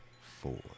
four